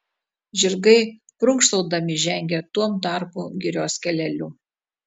žirgai prunkštaudami žengė tuom tarpu girios keleliu